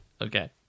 Okay